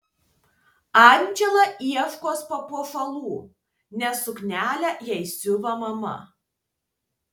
andžela ieškos papuošalų nes suknelę jai siuva mama